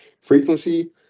frequency